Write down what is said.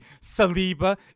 Saliba